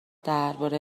درباره